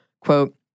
quote